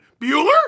Bueller